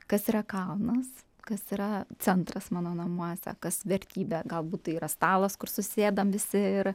kas yra kalnas kas yra centras mano namuose kas vertybė galbūt tai yra stalas kur susėdam visi ir